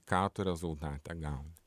ką tu rezultate gauni